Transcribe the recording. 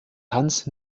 hans